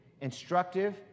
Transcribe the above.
instructive